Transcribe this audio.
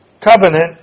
covenant